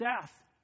death